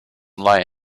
lie